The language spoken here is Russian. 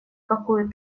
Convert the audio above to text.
какую